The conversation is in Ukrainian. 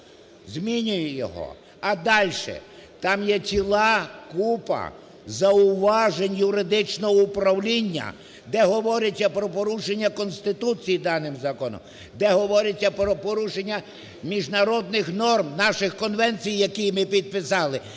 змінює його. А дальше. Там є ціла купа зауважень Юридичного управління, де говориться про порушення Конституції даним законом, де говориться про порушення міжнародних норм, наших конвенцій, які ми підписали.